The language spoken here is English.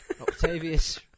Octavius